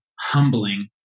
humbling